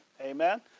Amen